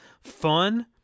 fun